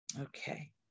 Okay